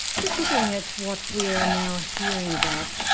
just looking at what we are now hearing about,